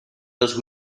dos